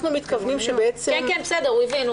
אנחנו מתכוונים שהוראות שר התחבורה --- הוא הבין.